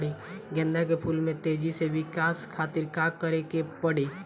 गेंदा के फूल में तेजी से विकास खातिर का करे के पड़ी?